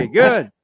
good